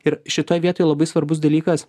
ir šitoj vietoj labai svarbus dalykas